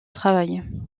travail